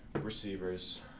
receivers